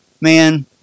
Man